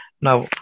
Now